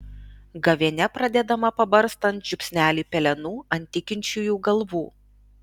gavėnia pradedama pabarstant žiupsnelį pelenų ant tikinčiųjų galvų